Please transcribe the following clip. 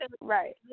right